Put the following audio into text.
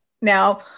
Now